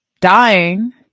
dying